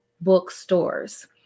bookstores